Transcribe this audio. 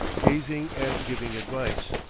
gazing and giving advice.